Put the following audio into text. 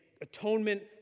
atonement